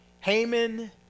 Haman